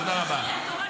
תודה רבה.